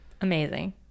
Amazing